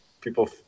people